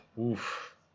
Oof